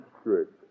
strict